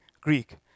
Greek